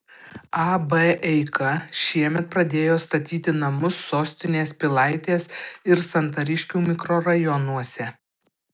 ab eika šiemet pradėjo statyti namus sostinės pilaitės ir santariškių mikrorajonuose